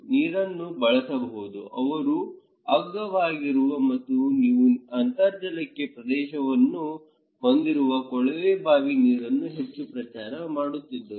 ನೀರನ್ನು ಬಳಸಬಹುದು ಅವರು ಅಗ್ಗವಾಗಿರುವ ಮತ್ತು ನೀವು ಅಂತರ್ಜಲಕ್ಕೆ ಪ್ರವೇಶವನ್ನು ಹೊಂದಿರುವ ಕೊಳವೆ ಬಾವಿ ನೀರನ್ನು ಹೆಚ್ಚು ಪ್ರಚಾರ ಮಾಡುತ್ತಿದ್ದರು